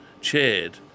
chaired